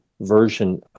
version